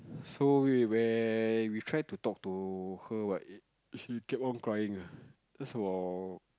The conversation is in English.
so we when we try to talk to her what she kept on crying ah just about